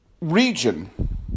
region